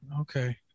Okay